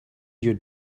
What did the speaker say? your